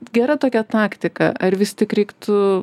gera tokia taktika ar vis tik reiktų